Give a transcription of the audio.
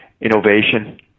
innovation